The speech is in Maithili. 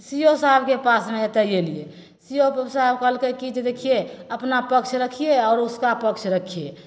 सी ओ साहेबके पासमे एतए अएलिए सी ओ साहेब कहलकै कि जे देखिए अपना पक्ष रखिए आओर उसका पक्ष रखिए